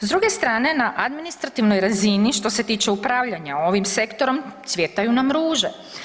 S druge strane na administrativnoj razini što se tiče upravljanja ovim sektorom cvjetaju nam ruže.